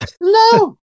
No